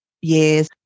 years